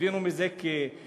הבינו את זה כבדיחה,